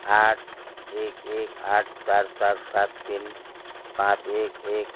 आठ एक एक आठ चार चार सात तिन पाँच एक एक